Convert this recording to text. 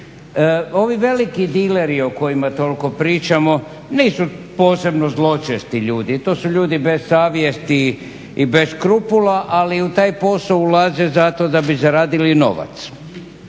Ovi veliki dileri o kojima toliko pričamo, nisu posebno zločesti ljudi, to su ljudi bez savjeti i beskrupula, ali u taj posao ulaze zato da bi zaradili novac,